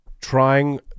Trying